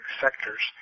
sectors